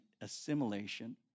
assimilation